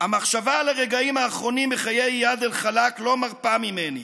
"המחשבה על הרגעים האחרונים בחיי איאד אלחלאק לא מרפה ממני,